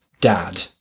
dad